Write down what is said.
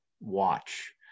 watch